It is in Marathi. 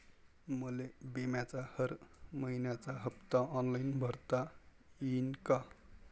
मले बिम्याचा हर मइन्याचा हप्ता ऑनलाईन भरता यीन का?